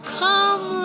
come